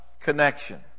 connection